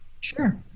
Sure